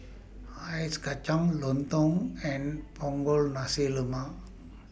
Ice Kacang Lontong and Punggol Nasi Lemak